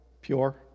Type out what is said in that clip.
pure